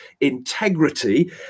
integrity